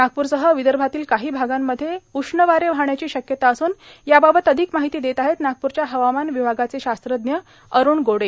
नागपूरसह विदर्भातील काही भागांमध्ये उष्ण वारे वाहण्याची शक्यता असून याबाबत अधिक माहिती देत आहेत नागपूरच्या हवामान विभागाचे शास्त्रज्ञ अरूण गोडे